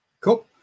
Cool